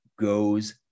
goes